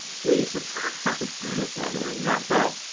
please subscribe and ring that bell.